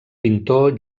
pintor